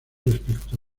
respecto